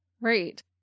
Right